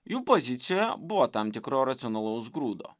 jų pozicijoje buvo tam tikro racionalaus grūdo